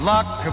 Luck